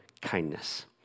kindness